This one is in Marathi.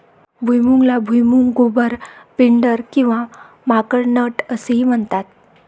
भुईमुगाला भुईमूग, गोबर, पिंडर किंवा माकड नट असेही म्हणतात